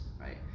right